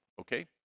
Okay